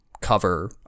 cover